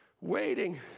waiting